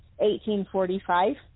1845